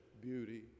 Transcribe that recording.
beauty